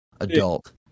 adult